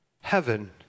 heaven